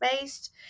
based